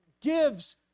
gives